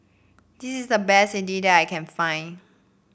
this is the best idly that I can find